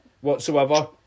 whatsoever